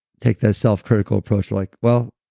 take that self-critical approach like, well,